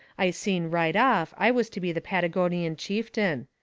i seen right off i was to be the patagonian chieftain.